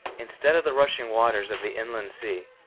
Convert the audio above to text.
instead of the rushing waters of the inland sea,